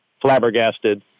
Flabbergasted